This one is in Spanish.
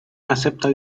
acepta